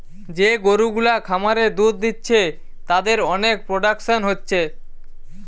যে গরু গুলা খামারে দুধ দিচ্ছে তাদের অনেক প্রোডাকশন হচ্ছে